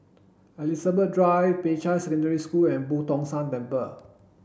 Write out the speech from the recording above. Elizabeth Drive Peicai Secondary School and Boo Tong San Temple